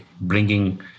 bringing